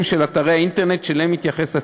של אתרי האינטרנט שאליהם הצו מתייחס,